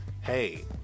hey